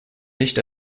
nicht